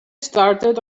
started